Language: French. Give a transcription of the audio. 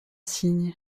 signe